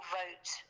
vote